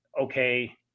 okay